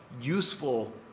useful